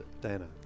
Diana